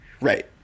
Right